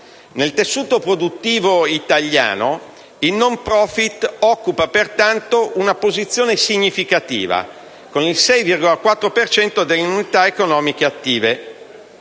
Nel tessuto produttivo italiano il *no profit* occupa pertanto una posizione significativa, con il 6,4 per cento delle unità economiche attive.